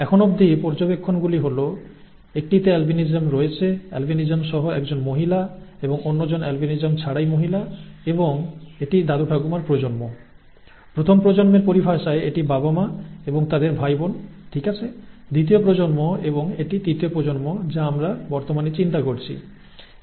এখনঅবধি পর্যবেক্ষণগুলি হল একটিতে অ্যালবিনিজম রয়েছে আলবিনিজম সহ একজন মহিলা এবং অন্যজন অ্যালবিনিজম ছাড়াই মহিলা এবং এটি দাদু ঠাকুমার প্রজন্ম প্রথম প্রজন্মের পরিভাষায় এটি বাবা মা এবং তাদের ভাইবোন ঠিক আছে দ্বিতীয় প্রজন্ম এবং এটি তৃতীয় প্রজন্ম যা আমরা বর্তমানে চিন্তা করছি